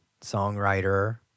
songwriter